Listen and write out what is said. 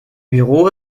büro